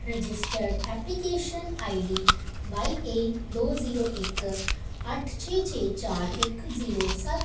registered application I D Y A ਦੋ ਜ਼ੀਰੋ ਇੱਕ ਅੱਠ ਛੇ ਛੇ ਚਾਰ ਇੱਕ ਜ਼ੀਰੋ ਸੱਤ